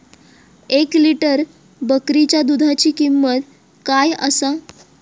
एक लिटर बकरीच्या दुधाची किंमत काय आसा?